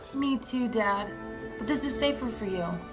me too, dad, but this is safer for you,